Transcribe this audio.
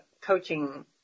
coaching